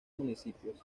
municipios